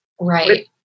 Right